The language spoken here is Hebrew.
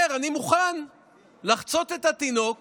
אומר: אני מוכן לחצות את התינוק